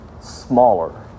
smaller